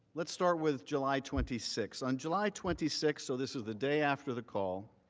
let's start with july twenty six. on july twenty sixth, so this is the day after the call,